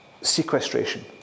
sequestration